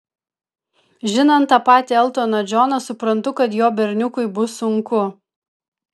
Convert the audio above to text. žinant tą patį eltoną džoną suprantu kad jo berniukui bus sunku